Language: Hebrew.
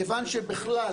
כיוון שבכלל,